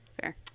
Fair